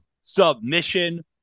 Submission